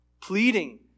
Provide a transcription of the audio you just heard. pleading